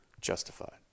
Justified